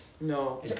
No